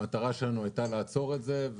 המטרה שלנו הייתה לעצור את זה.